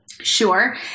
Sure